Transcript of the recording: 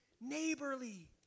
neighborly